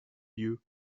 you